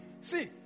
see